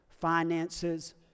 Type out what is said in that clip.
finances